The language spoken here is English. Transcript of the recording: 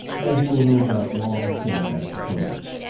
as you will no doubt long since have supposed.